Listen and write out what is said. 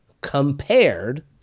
compared